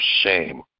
shame